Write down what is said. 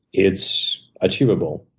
it's achievable.